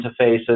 interfaces